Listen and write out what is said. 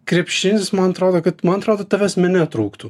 krepšinis man atrodo kad man atrodo tavęs mene trūktų